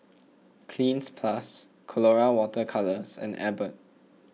Cleanz Plus Colora Water Colours and Abbott